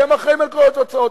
אתם אחראים לכל התוצאות,